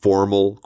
Formal